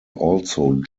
also